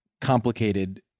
complicated